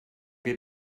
wir